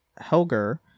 helger